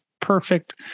perfect